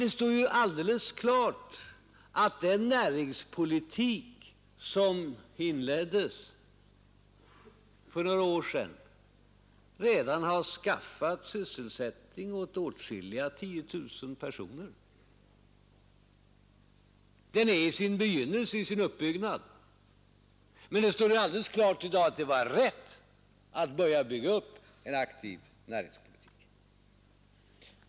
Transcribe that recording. Det står dock alldeles klart att den näringspolitik som inleddes för några år sedan redan har skaffat sysselsättning åt åtskilliga tiotusental personer. Den är i sin uppbyggnad, men det råder i dag inget tvivel om att det var rätt att börja bygga upp en aktiv näringspolitik.